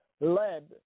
led